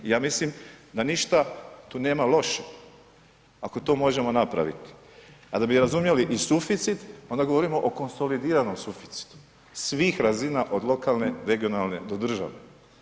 I ja mislim da ništa tu nema loše ako to možemo napraviti, a da bi razumjeli i suficit onda govorimo o konsolidiranom suficitu svih razina od lokalne, regionalne do državne.